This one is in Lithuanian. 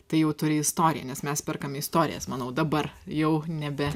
tai jau turi istoriją nes mes perkam istorijas manau dabar jau nebe